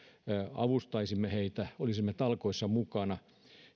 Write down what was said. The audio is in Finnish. avustaisimme heitä olisimme talkoissa mukana